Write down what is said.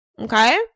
okay